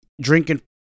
drinking